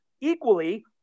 Equally